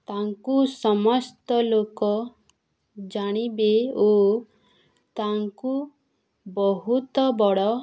ତାଙ୍କୁ ସମସ୍ତ ଲୋକ ଜାଣିବେ ଓ ତାଙ୍କୁ ବହୁତ ବଡ଼